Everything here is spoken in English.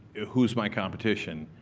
who is my competition?